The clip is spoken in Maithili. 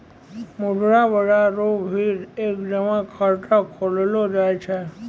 मुद्रा बाजार रो भी एक जमा खाता खोललो जाय छै